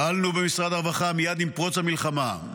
פעלנו במשרד הרווחה מייד עם פרוץ המלחמה,